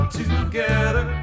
together